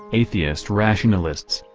atheist rationalists,